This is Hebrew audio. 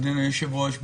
אדוני היושב-ראש,